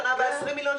בשנה הבאה 20 מיליון,